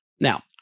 Now